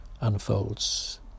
unfolds